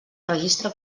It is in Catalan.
registre